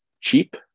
cheap